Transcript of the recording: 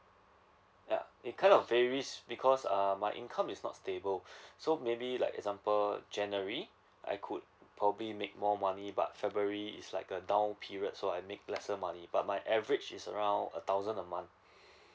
yeah it kind of varies because um my income is not stable so maybe like example january I could probably make more money but february is like a down period so I make lesser money but my average is around a thousand a month